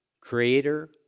Creator